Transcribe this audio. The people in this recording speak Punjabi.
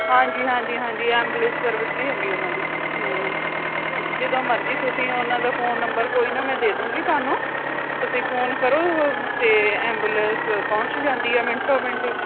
ਹਾਂਜੀ ਹਾਂਜੀ ਹਾਂਜੀ ਐਮਬੂਲੈਂਸ ਸਰਵਿਸ ਵੀ ਹੈਗੀ ਉਹਨਾਂ ਦੀ ਜਦੋਂ ਮਰਜ਼ੀ ਤੁਸੀਂ ਉਹਨਾਂ ਦਾ ਫੋਨ ਨੰਬਰ ਕੋਈ ਨਾ ਮੈਂ ਦੇ ਦੂੰਗੀ ਤੁਹਾਨੂੰ ਤੁਸੀਂ ਫੋਨ ਕਰੋ ਅਤੇ ਐਮਬੂਲੈਂਸ ਪਹੁੰਚ ਜਾਂਦੀ ਹੈ ਮਿੰਟੋ ਮਿੰਟ ਹੀ